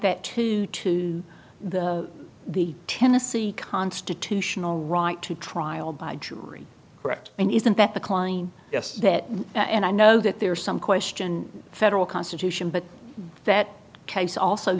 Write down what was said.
that to to the the tennessee constitutional right to trial by jury correct and isn't that the klein yes that and i know that there is some question federal constitution but that case also